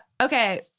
Okay